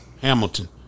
Hamilton